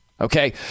okay